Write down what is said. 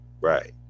right